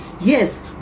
Yes